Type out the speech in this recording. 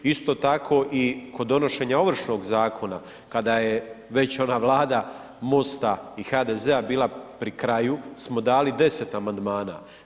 Isto tako i kod donošenja Ovršnog zakona kada je već ona Vlada MOST-a i HDZ-a bila pri kraju smo dali 10 amandmana.